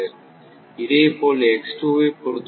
அதேபோல் வை பொறுத்தவரை